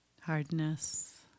Hardness